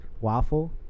Waffle